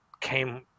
came